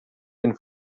den